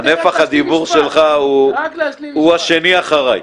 נפח הדיבור שלך הוא השני אחריי.